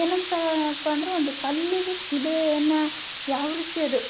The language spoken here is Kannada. ಏನಂತಾರಪ್ಪ ಅಂದರೆ ಒಂದು ಕಲ್ಲಿನ ಶಿಲೆಯನ್ನು ನಾವು ರೀತಿ ಅದು